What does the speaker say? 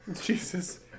Jesus